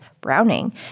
Browning